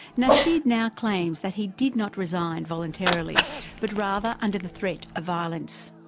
nasheed now claims that he did not resign voluntarily but rather under the threat of violence.